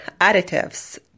additives